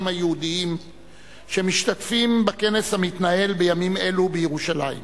היהודים שמשתתפים בכנס המתנהל בימים אלה בירושלים.